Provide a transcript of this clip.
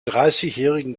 dreißigjährigen